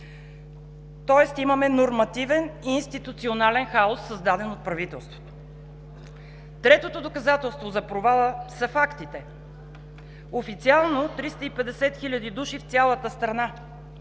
тоест имаме нормативен, институционален хаос, създаден от правителството. Третото доказателство за провала са фактите. Официално 350 хиляди души в цялата страна,